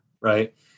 right